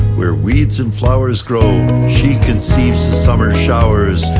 where weeds and flowers grow, she conceives the summer showers,